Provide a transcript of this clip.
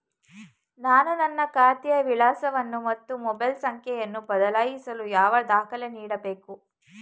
ನಾನು ನನ್ನ ಖಾತೆಯ ವಿಳಾಸವನ್ನು ಮತ್ತು ಮೊಬೈಲ್ ಸಂಖ್ಯೆಯನ್ನು ಬದಲಾಯಿಸಲು ಯಾವ ದಾಖಲೆ ನೀಡಬೇಕು?